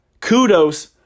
Kudos